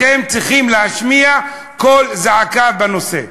אתם צריכים להשמיע קול זעקה בנושא.